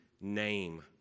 name